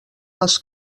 dels